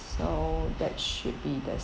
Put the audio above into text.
so that should be the